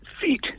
feet